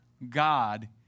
God